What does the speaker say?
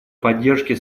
поддержки